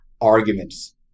arguments